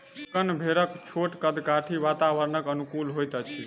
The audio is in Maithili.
डेक्कन भेड़क छोट कद काठी वातावरणक अनुकूल होइत अछि